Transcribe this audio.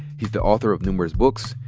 he's the author of numerous books,